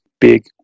big